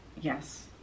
Yes